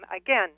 again